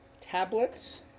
tablets